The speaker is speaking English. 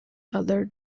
other